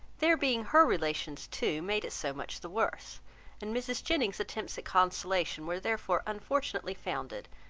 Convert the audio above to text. their being her relations too made it so much the worse and mrs. jennings's attempts at consolation were therefore unfortunately founded,